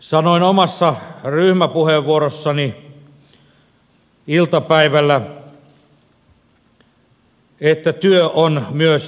sanoin omassa ryhmäpuheenvuorossani iltapäivällä että työ on myös ihmisarvokysymys